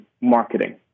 marketing